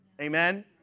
Amen